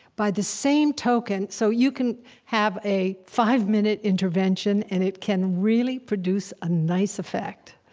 by the same token, so you can have a five-minute intervention, and it can really produce a nice effect.